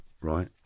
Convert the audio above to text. right